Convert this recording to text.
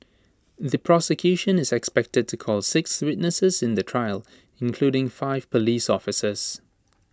the prosecution is expected to call six witnesses in the trial including five Police officers